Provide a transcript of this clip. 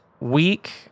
week